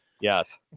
yes